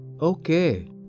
Okay